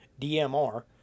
DMR